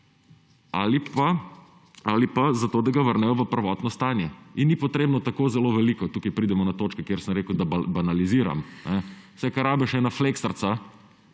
ali pa za to, da ga vrnejo v prvotno stanje; in ni potrebno tako zelo veliko. Tukaj pridemo na točko, kjer sem rekel, da banaliziram. Vse, kar rabiš, je ena fleksarica,